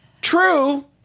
true